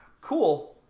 cool